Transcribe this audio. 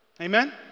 Amen